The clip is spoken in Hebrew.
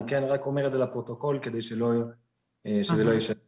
אני רק אומר את זה לפרוטוקול כדי שזה לא יישאר פתוח.